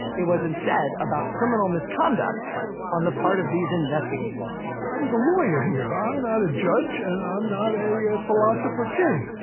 it was instead about criminal misconduct on the part of these investigators i was a lawyer here! i'm not a judge, and i'm not a a philosopher king.